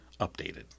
updated